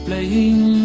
Playing